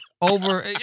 over